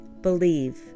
believe